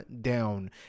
down